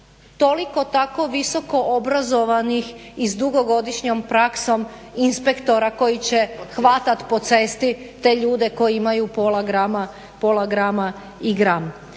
toliko tako visoko obrazovanih i s dugogodišnjom praksom inspektora koji će hvatati po cesti te ljude koji imaju pola grama i gram.